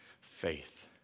faith